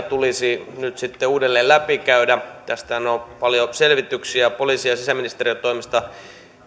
tulisi nyt sitten uudelleen läpikäydä tästähän on paljon selvityksiä poliisin ja sisäministeriön toimesta